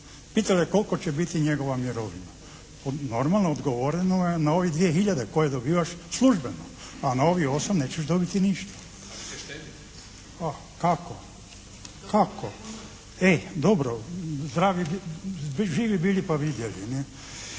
Pital je kolika će biti njegova mirovina. Normalno odgovoreno je na ovih 2 hiljade koje dobivaš službeno, a na ovih 8 nećeš dobiti ništa. …/Upadica se ne čuje./… A kako? Kako? E dobro, živi bili pa vidjeli, ne.